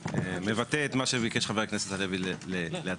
שמבטא מה שביקש חבר הכנסת הלוי להציע.